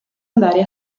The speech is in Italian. andare